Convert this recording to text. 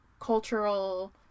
cultural